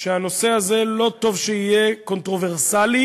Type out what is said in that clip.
שגם כאבא לילדים קטנים,